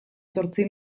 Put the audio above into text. zortzi